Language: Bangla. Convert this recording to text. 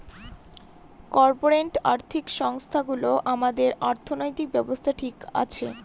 কর্পোরেট আর্থিক সংস্থানগুলো আমাদের অর্থনৈতিক ব্যাবস্থা ঠিক করছে